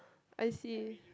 I see